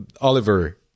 Oliver